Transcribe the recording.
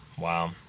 Wow